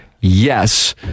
yes